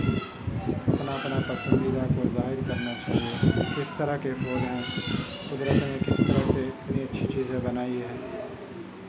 اپنا اپنا پسندیدہ کو ظاہر کرنا چاہیے کس طرح کے پھول ہیں قدرت نے کس طرح سے اتنی اچھی چیزیں بنائی ہیں